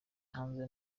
hanze